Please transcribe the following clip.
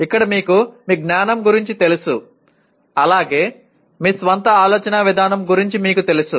ఇక్కడ మీకు మీ జ్ఞానం గురించి తెలుసు అలాగే మీ స్వంత ఆలోచనా విధానం గురించి మీకు తెలుసు